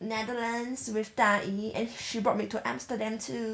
netherlands with 大姨 and she brought me to amsterdam too